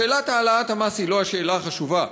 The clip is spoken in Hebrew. שאלת העלאת המס היא לא השאלה החשובה,